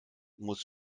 muss